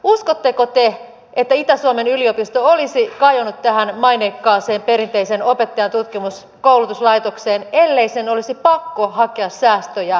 uskotteko te että itä suomen yliopisto olisi kajonnut tähän maineikkaaseen perinteiseen opettajankoulutuslaitokseen ellei sen olisi pakko hakea säästöjä jostakin